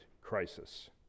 crisis